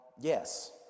yes